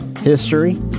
history